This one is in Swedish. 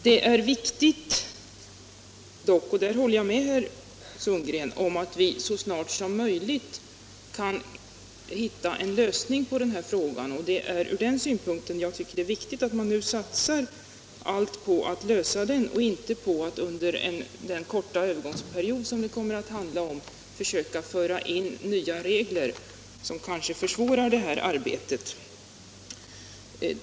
Det är dock viktigt — det håller jag med herr Sundgren om — att vi så snart som möjligt kan hitta en lösning på denna fråga. Och det är från denna utgångspunkt som jag tycker det är viktigt att nu satsa allt på att lösa frågan. Då skall man inte under den korta övergångsperiod som det kommer att handla om försöka föra in nya regler som kan försvåra detta arbete.